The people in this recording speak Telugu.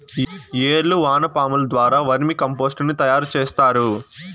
ఏర్లు వానపాముల ద్వారా వర్మి కంపోస్టుని తయారు చేస్తారు